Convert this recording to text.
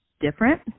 different